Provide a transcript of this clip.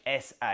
SA